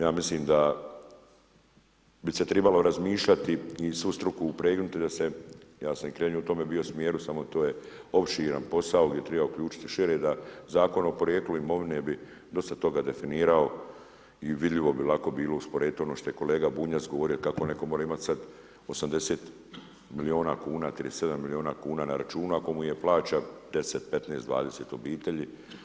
Ja mislim da bi se trebalo razmišljati i svu struku upregnuti da se, ja sam i krenuo u tome bio smjeru, samo to je opširan posao gdje treba uključiti … [[ne razumije se]] da Zakon o porijeklu imovine bi dosta toga definirao i vidljivo bi lako bilo usporediti ono što je kolega Bunjac govorio kako netko može imati sada 80 milijuna kuna, 37 milijuna kuna na računu ako mu je plaća 10, 15, 20 obitelji.